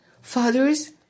Fathers